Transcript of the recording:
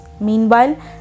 Meanwhile